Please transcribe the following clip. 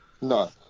No